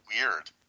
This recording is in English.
weird